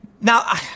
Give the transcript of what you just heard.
Now